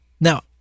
Now